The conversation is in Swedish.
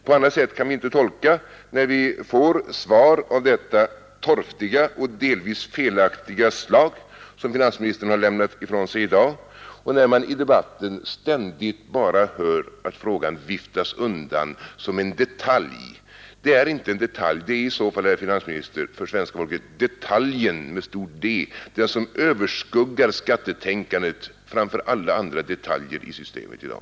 På annat sätt kan vi inte reagera, när vi får svar av detta torftiga och delvis felaktiga slag som finansministern har lämnat ifrån sig i dag och när vi i debatten ständigt bara hör att saken viftas undan som en detalj. Den är i så fall, herr finansminister, detaljen med stort D som överskuggar skattetänkandet framför alla andra detaljer i systemet i dag.